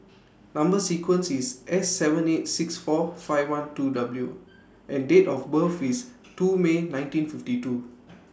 Number sequence IS S seven eight six four five one two W and Date of birth IS two May nineteen fifty two